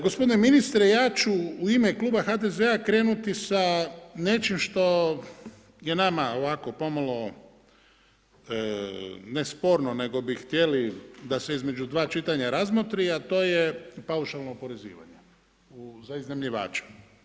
Gospodine ministre, ja ću u ime Kluba HDZ-a krenuti sa nečim što je nama ovako pomalo ne sporno, nego bi htjeli da se između dva čitanja razmotri, a to je paušalno oporezivanje za iznajmljivača.